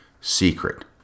secret